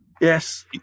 yes